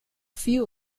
few